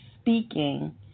speaking